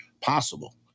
possible